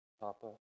Papa